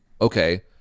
okay